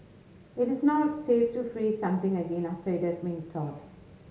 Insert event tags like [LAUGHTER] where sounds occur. it is not safe to freeze something again after it has [UNINTELLIGIBLE] thawed